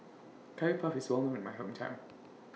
Curry Puff IS Well known in My Hometown